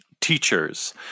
teachers